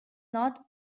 not